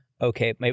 Okay